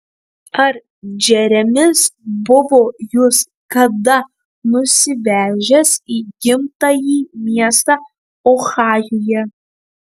ar džeremis buvo jus kada nusivežęs į gimtąjį miestą ohajuje